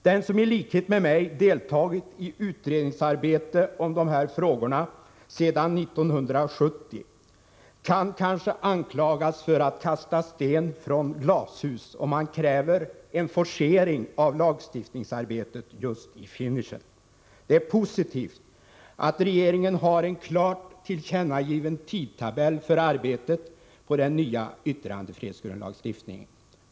Den som i likhet med mig deltagit i utredningsarbetet om de här frågorna sedan 1970 kan kanske anklagas för att kasta sten i glashus om han kräver en forcering av lagstiftningsarbetet just i finishen. Det är positivt att regeringen har en klart tillkännagiven tidtabell för arbetet med den nya yttrandefrihetslagstiftningen.